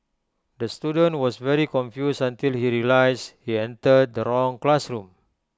the student was very confused until he realised he entered the wrong classroom